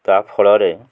ତା ଫଳରେ